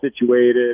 situated